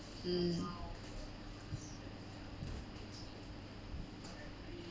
mm